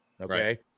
Okay